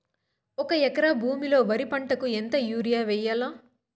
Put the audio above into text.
ఒక ఎకరా భూమిలో వరి పంటకు ఎంత యూరియ వేయల్లా?